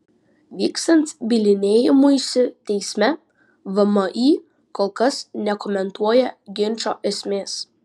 vykstant bylinėjimuisi teisme vmi kol kas nekomentuoja ginčo esmės